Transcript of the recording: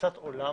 כתפיסת עולם